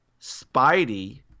Spidey